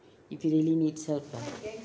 if she really needs help ah